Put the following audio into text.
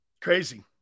Crazy